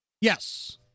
Yes